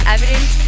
Evidence